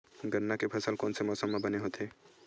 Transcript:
गन्ना के फसल कोन से मौसम म बने होथे?